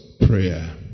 Prayer